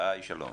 שלום